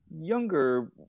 younger